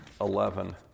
eleven